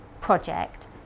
project